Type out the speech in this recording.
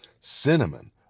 cinnamon